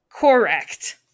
correct